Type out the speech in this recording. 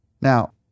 Now